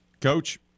Coach